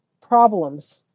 problems